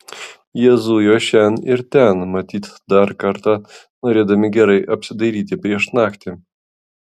jie zujo šen ir ten matyt dar kartą norėdami gerai apsidairyti prieš naktį